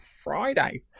Friday